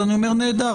אז אני אומר נהדר,